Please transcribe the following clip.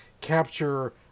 capture